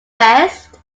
west